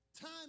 Time